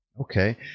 Okay